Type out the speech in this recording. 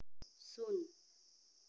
ᱥᱩᱱ